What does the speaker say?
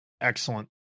excellent